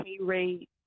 rate